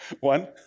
one